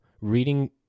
reading